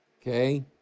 okay